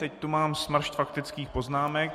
Teď tu mám smršť faktických poznámek.